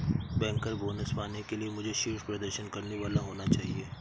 banker bonus पाने के लिए मुझे शीर्ष प्रदर्शन करने वाला होना चाहिए